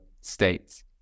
states